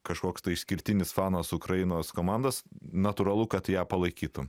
kažkoks išskirtinis fanas ukrainos komandos natūralu kad ją palaikytų